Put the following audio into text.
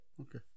Okay